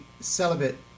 celibate